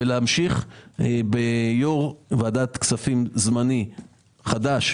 ולהמשיך כאשר יהיה פה יו"ר ועדת כספים זמני חדש,